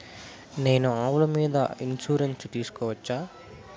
నేను ఆవుల మీద ఇన్సూరెన్సు సేసుకోవచ్చా?